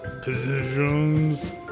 Positions